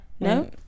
no